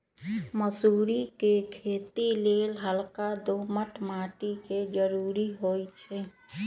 मसुरी कें खेति लेल हल्का दोमट माटी के जरूरी होइ छइ